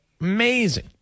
Amazing